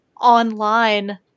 online